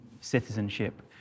citizenship